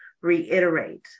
reiterate